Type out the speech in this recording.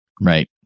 right